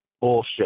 bullshit